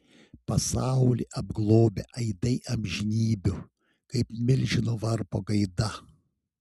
pasaulį apglobę aidai amžinybių kaip milžino varpo gaida